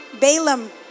Balaam